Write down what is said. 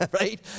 Right